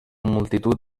multitud